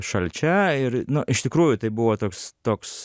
šalčia ir nu iš tikrųjų tai buvo toks toks